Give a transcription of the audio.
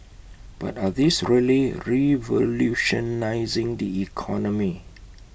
but are these really revolutionising the economy